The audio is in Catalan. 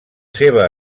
seva